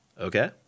Okay